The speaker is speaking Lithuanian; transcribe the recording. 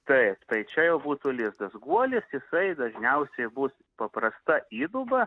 taip tai čia jau būtų lizdas guolis jisai dažniausiai bus paprasta įduba